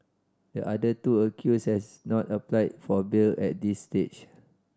the other two accused has not applied for bail at this stage